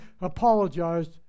apologized